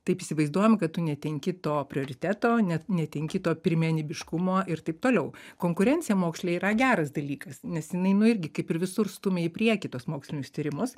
taip įsivaizduojam kad tu netenki to prioriteto net netenki to pirmenybiškumo ir taip toliau konkurencija moksle yra geras dalykas nes jinai nu irgi kaip ir visur stumia į priekį tuos mokslinius tyrimus